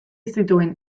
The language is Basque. zituen